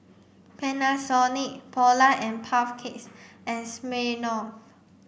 Panasonic Polar and Puff Cakes and Smirnoff